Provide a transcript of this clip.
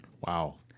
Wow